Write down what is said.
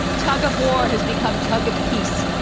tug-of-war has become tug of peace.